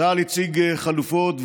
צה"ל הציג חלופות,